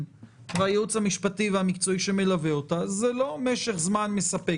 והייעוץ המשפטי והמקצועי שמלווה אותה זה לא משך זמן מספק.